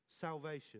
Salvation